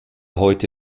heute